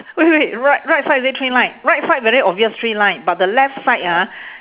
wait wait right right side is it three line right side very obvious three line but the left side ah